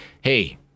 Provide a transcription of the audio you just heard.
hey